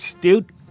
dude